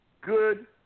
good